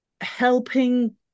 helping